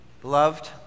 Beloved